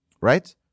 right